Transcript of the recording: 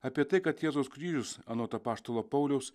apie tai kad jėzaus kryžius anot apaštalo pauliaus